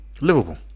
Liverpool